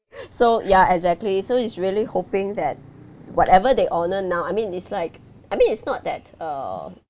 so ya exactly so it's really hoping that whatever they honour now I mean it's like I mean it's not that err